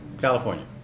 California